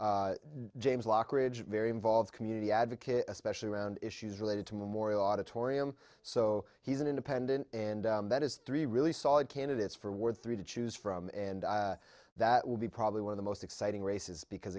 hard james lockridge very involved community advocate especially around issues related to memorial auditorium so he's an independent and that is three really solid candidates for war three to choose from and that will be probably one of the most exciting races because